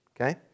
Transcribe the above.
okay